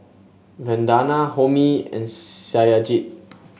Vandana Homi and Satyajit